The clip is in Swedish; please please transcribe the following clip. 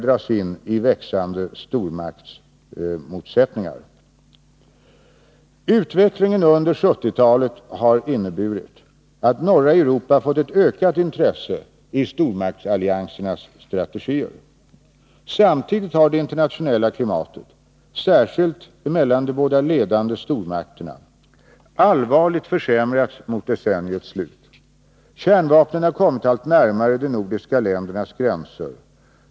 Utvecklingen under 1970-talet har inneburit att norra Europa har fått ett ökat intresse i stormaktsalliansernas strategier. Samtidigt har det internationella klimatet, särskilt mellan de båda ledande stormakterna, allvarligt försämrats mot decenniets slut. Kärnvapnen har kommit allt närmare de nordiska ländernas gränser.